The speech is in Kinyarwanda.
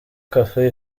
cafe